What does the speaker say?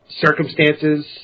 circumstances